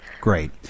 Great